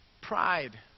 pride